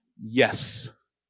Yes